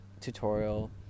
tutorial